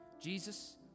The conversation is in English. Jesus